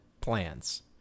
plans